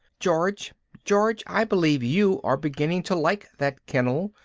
george, george, i believe you are beginning to like that kennel,